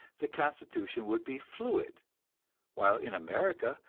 the constitution would be fluid while in america,